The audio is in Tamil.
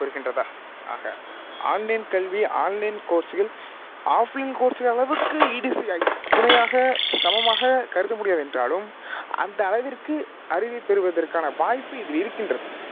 புரிகின்றதா ஆக ஆன்லைன் கல்வி ஆன்லைன் கோர்ஸுகள் ஆஃப்லைன் கோர்ஸ் அளவுக்கு ஈடு இசை துணையாக சமமாகக் கருத முடியாது என்றாலும் அந்த அளவிற்கு அறிவைப் பெறுவதற்கான வாய்ப்பு இதில் இருக்கின்றது எந்த ஒரு